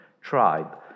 tribe